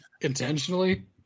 intentionally